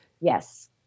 yes